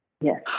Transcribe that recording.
Yes